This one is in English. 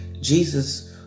Jesus